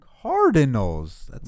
Cardinals